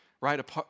right